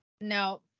No